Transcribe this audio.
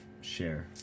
share